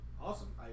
Awesome